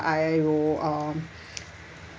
I will uh